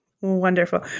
Wonderful